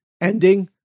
ending